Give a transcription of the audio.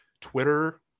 Twitter